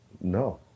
No